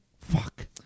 Fuck